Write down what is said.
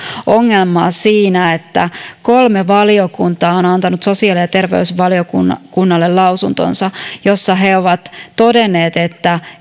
ongelmaa siinä että kolme valiokuntaa on antanut sosiaali ja terveysvaliokunnalle lausuntonsa jossa he ovat todenneet että